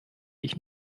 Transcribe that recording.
ich